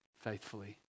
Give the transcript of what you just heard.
faithfully